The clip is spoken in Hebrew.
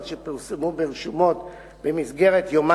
יציג את הצעת החוק שר המשפטים, השר יעקב